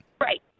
Right